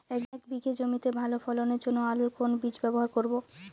এক বিঘে জমিতে ভালো ফলনের জন্য আলুর কোন বীজ ব্যবহার করব?